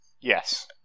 Yes